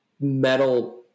metal